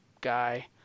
guy